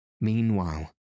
Meanwhile